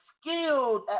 skilled